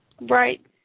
right